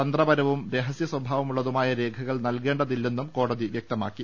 തന്ത്രപരവും രഹസ്യ സ്വഭാവമുള്ളതുമായ രേഖകൾ നൽകേണ്ട തില്ലെന്നും കോടതി വ്യക്തമാക്കി